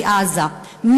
מעזה,